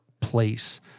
place